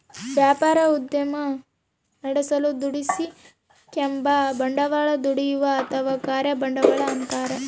ವ್ಯಾಪಾರ ಉದ್ದಿಮೆ ನಡೆಸಲು ದುಡಿಸಿಕೆಂಬ ಬಂಡವಾಳ ದುಡಿಯುವ ಅಥವಾ ಕಾರ್ಯ ಬಂಡವಾಳ ಅಂತಾರ